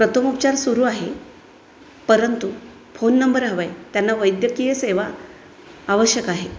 प्रथमोपचार सुरू आहे परंतु फोन नंबर हवा आहे त्यांना वैद्यकीय सेवा आवश्यक आहे